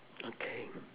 okay